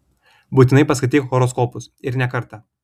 būtinai paskaityk horoskopus ir ne kartą